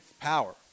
power